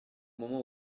moment